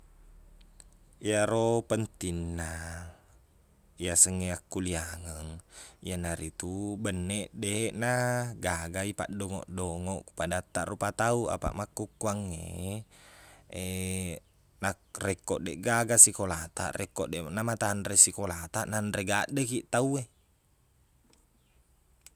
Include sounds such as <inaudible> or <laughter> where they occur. Iyaro pentingna iyaseng e akkuliangeng iyana ritu benneq deqnagaga ipaqdongoq-dongoq padattaq rupa tau apaq makkukkuangnge <hesitation> nak rekko deqgaga sikolataq- rekko deqna matanre sikolataq nanre gaddeki tau e